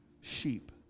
sheep